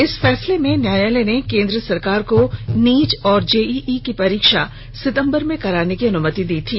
इस फैसले में न्यायालय ने केन्द्र सरकार को नीट और जेईई की परीक्षा सितंबर में कराने की अनुमति दी थी